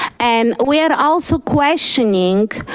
and we are also questioning